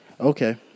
Okay